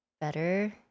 better